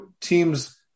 teams